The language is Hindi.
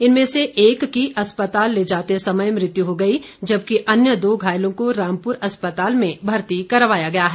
इनमें से एक की अस्पताल ले जाते समय मृत्यु हो गई जबकि अन्य दो घायलों को रामपुर अस्पताल में भर्ती करवाया गया है